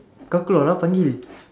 kau keluar lah panggil